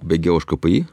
baigiau aš kpi